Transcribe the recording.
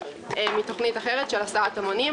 מתוכנית אחרת של הסעת המונים,